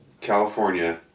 California